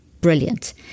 Brilliant